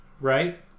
Right